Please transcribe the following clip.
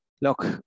look